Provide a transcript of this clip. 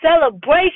celebration